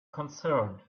concerned